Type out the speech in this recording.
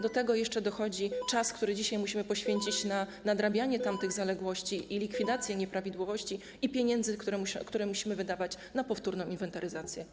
Do tego jeszcze dochodzi czas, który dzisiaj musimy poświęcić na nadrabianie tamtych zaległości i likwidację nieprawidłowości, i pieniądze, które musimy wydawać na powtórną inwentaryzację.